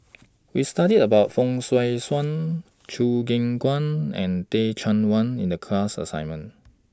We studied about Fong Swee Suan Choo Keng Kwang and Teh Cheang Wan in The class assignment